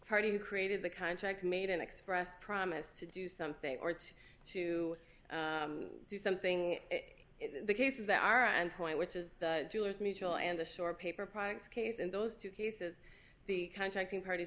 party who created the contract made an express promise to do something or two to do something in the cases that are and point which is jewelers mutual and a store paper products case in those two cases the contracting parties